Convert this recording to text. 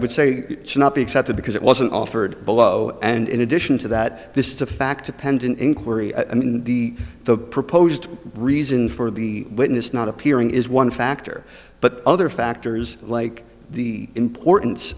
would say not be accepted because it wasn't offered below and in addition to that this is a fact append an inquiry i mean the the proposed reason for the witness not appearing is one factor but other factors like the importance